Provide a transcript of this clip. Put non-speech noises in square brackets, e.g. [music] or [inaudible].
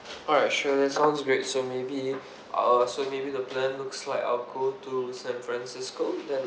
[breath] alright sure that sounds great so maybe [breath] uh so maybe the plan looks like I'll go to san francisco then